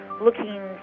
looking